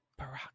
Barack